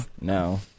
no